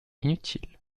inutile